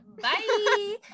Bye